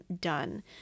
done